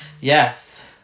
Yes